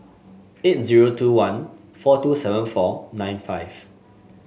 eight zero two one four two seven four nine five